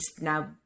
now